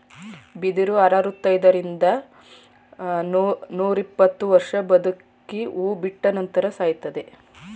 ಬಿದಿರು ಅರವೃತೈದರಿಂದ ರಿಂದ ನೂರಿಪ್ಪತ್ತು ವರ್ಷ ಬದುಕಿ ಹೂ ಬಿಟ್ಟ ನಂತರ ಸಾಯುತ್ತದೆ